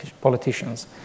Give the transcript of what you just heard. politicians